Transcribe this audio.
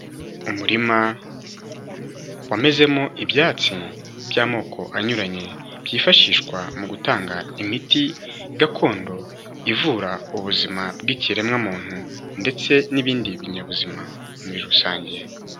Umurima wamezemo ibyatsi by'amoko anyuranye, byifashishwa mu gutanga imiti gakondo ivura ubuzima bw'ikiremwamuntu ndetse n'ibindi binyabuzima muri rusange.